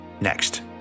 Next